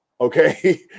okay